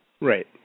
Right